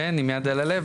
עם יד על הלב,